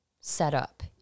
setup